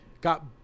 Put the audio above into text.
got